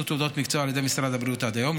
תעודות מקצוע על ידי משרד הבריאות עד היום,